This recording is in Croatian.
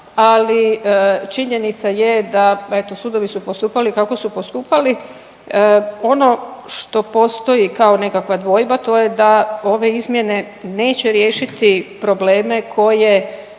ali činjenica je da eto sudovi su postupali kako su postupali. Ono što postoji kao nekakva dvojba to je da ove izmjene neće riješiti probleme sa